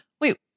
wait